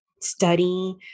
study